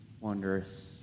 wondrous